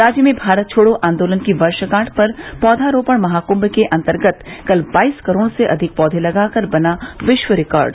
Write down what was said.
राज्य में भारत छोड़ो आन्दोलन की वर्षगांठ पर पौधा रोपण महाक्म के अन्तर्गत कल बाईस करोड़ से अधिक पौधे लगाकर बना विश्व रिकार्ड